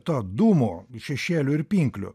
to dūmo ir šešėlių ir pinklių